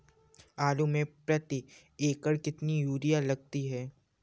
आलू में प्रति एकण कितनी यूरिया लगती है?